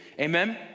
Amen